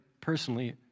personally